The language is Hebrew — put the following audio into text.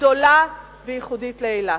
גדולה וייחודית לאילת.